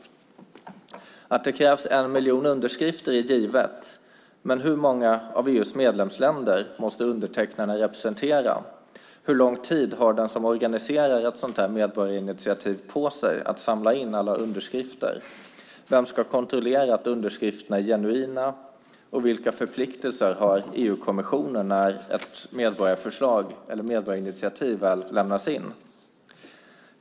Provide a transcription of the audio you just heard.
Att det krävs en miljon underskrifter är givet, men hur många av EU:s medlemsländer måste undertecknarna representera? Hur lång tid har den som organiserar ett sådant här medborgarinitiativ på sig att samla in alla underskrifter? Vem ska kontrollera att underskrifterna är genuina, och vilka förpliktelser har EU-kommissionen när ett medborgarinitiativ väl lämnas in?